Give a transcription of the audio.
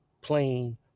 plain